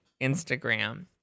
Instagram